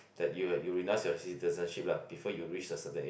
like you you renounce your citizenship lah before you reach a certain age